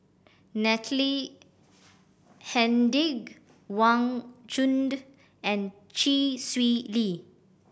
Natalie Hennedige Wang Chunde and Chee Swee Lee